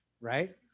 right